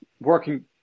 working